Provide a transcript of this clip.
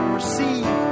receive